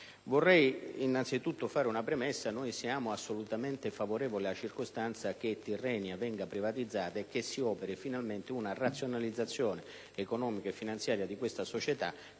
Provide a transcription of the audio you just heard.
fare innanzitutto una premessa. Siamo assolutamente favorevoli alla circostanza che la Tirrenia venga privatizzata e che si operi finalmente una razionalizzazione economica e finanziaria di questa società,